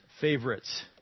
favorites